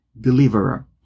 deliverer